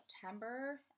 September